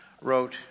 wrote